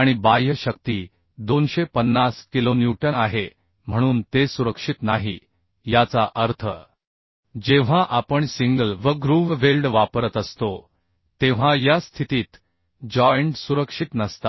आणि बाह्य शक्ती 250 किलोन्यूटन आहे तर ते सुरक्षित नाही याचा अर्थ जेव्हा आपण सिंगल V ग्रूव्ह वेल्ड वापरत असतो तेव्हा या स्थितीत जॉइंट सुरक्षित नसतात